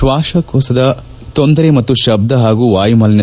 ಶ್ಲಾಸಕೋಶದ ತೊಂದರೆ ಮತ್ತು ಶಬ್ಲ ಹಾಗೂ ವಾಯುಮಾಲಿನ್ಲ